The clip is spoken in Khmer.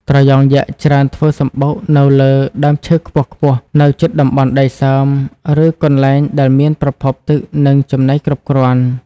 ត្រយងយក្សច្រើនធ្វើសម្បុកនៅលើ ដើមឈើខ្ពស់ៗ នៅជិតតំបន់ដីសើម ឬកន្លែងដែលមានប្រភពទឹក និងចំណីគ្រប់គ្រាន់។